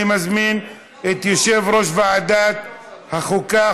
אני מזמין את יושב-ראש ועדת החוקה,